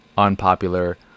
unpopular